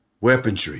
weaponry